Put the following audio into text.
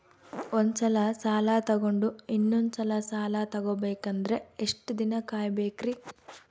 ಒಂದ್ಸಲ ಸಾಲ ತಗೊಂಡು ಇನ್ನೊಂದ್ ಸಲ ಸಾಲ ತಗೊಬೇಕಂದ್ರೆ ಎಷ್ಟ್ ದಿನ ಕಾಯ್ಬೇಕ್ರಿ?